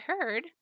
heard